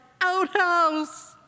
outhouse